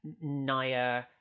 Naya